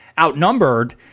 Outnumbered